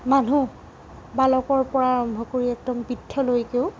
মানুহ বালকৰ পৰা আৰম্ভ কৰি একদম বৃদ্ধলৈকেও